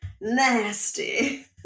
Nasty